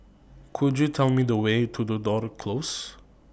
Could YOU Tell Me The Way to Tudor Close